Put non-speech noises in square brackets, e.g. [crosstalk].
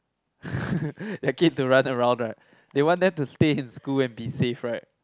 [laughs] their kid to run around right they want them to stay in school and be safe right